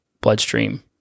bloodstream